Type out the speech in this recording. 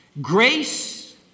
grace